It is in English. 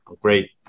Great